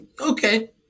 Okay